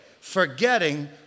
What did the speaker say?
forgetting